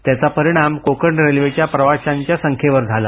त्याचा परिणाम कोकण रेल्वेच्या प्रवाशांच्या संख्येवर झाला